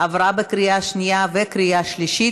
עברה בקריאה שנייה וקריאה שלישית,